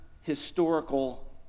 historical